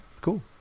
cool